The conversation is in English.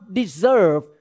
deserve